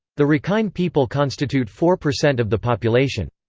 the rakhine people constitute four percent of the population.